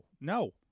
no